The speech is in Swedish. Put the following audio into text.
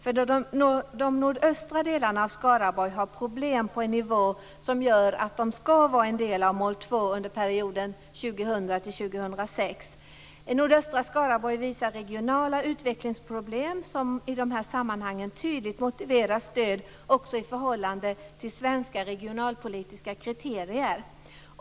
De nordöstra delarna av Skaraborg har problem på en nivå som gör att de skall vara en del av mål 2-området under perioden 2000 Nordöstra Skaraborg uppvisar regionala utvecklingsproblem som i de här sammanhangen tydligt motiverar stöd också i förhållande till svenska regionalpolitiska kriterier.